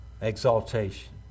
Exaltation